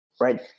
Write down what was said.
right